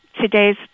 today's